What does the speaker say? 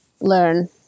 learn